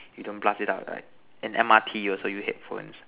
you don't blast it out right in M_R_T you also use headphones